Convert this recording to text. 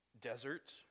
Deserts